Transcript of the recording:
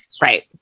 Right